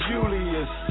Julius